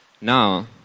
Now